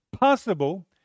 possible